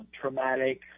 traumatic